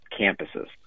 campuses